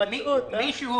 מישהו